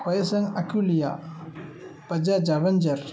Hyosung Aquila Bajaj Avenger